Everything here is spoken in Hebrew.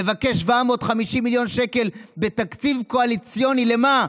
לבקש 750 מיליון שקלים בתקציב קואליציוני, למה?